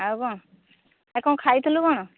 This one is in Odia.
ଆଉ କ'ଣ ଆଉ କ'ଣ ଖାଇଥିଲୁ କ'ଣ